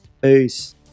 Peace